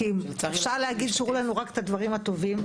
אפשר להגיד שהראו לנו רק את הדברים הטובים,